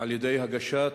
על-ידי הגשת